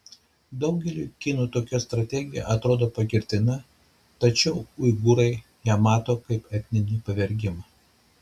daugeliui kinų tokia strategija atrodo pagirtina tačiau uigūrai ją mato kaip etninį pavergimą